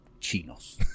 chinos